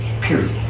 Period